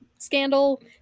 scandal